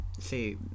say